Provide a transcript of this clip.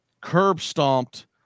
curb-stomped